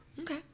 Okay